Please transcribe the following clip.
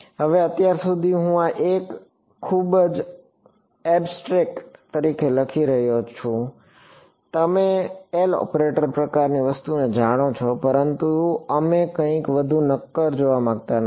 હવે અત્યાર સુધી હું આ એક ખૂબ જ અમૂર્ત તરીકે લખી રહ્યો છું જે તમે L ઓપરેટર પ્રકારની વસ્તુને જાણો છો પરંતુ અમે કંઈક વધુ નક્કર જોવા માંગતા નથી